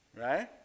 Right